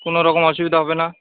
কোনো রকম অসুবিধা হবে না